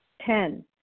Ten